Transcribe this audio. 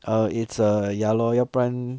err it's err ya lor 要不然